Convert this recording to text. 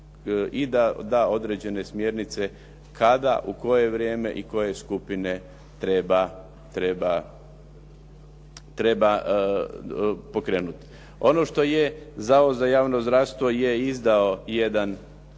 i da da određene smjernice kada, u koje vrijeme i koje skupine treba pokrenuti. Ono što je Zavod za javno zdravstvo je izdao jedan